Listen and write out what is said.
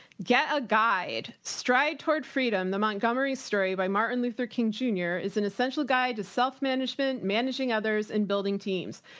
get a guide. stride toward freedom, the montgomery story by martin luther king, junior is an essential guide to self-management, managing others and building teams.